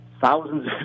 thousands